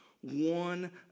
one